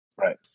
Right